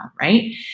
right